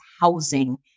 housing